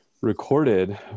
recorded